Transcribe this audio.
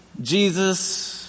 Jesus